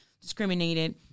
discriminated